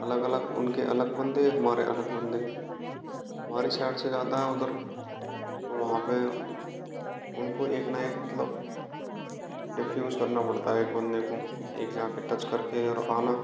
अलग अलग उनके अलग बंदे हमारे अलग बंदे हमारे सैड से जाता है उधर तो वहाँ पे उनको एक ना एक मतलब डिफ़्यूज करना पड़ता है एक बंदे को एक जा के टच करके और आना